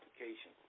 application